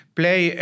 play